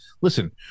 Listen